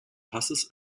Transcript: passes